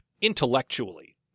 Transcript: intellectually